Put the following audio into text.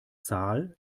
zahl